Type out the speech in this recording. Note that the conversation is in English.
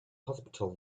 hospital